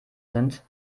sind